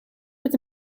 met